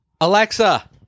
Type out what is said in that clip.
Alexa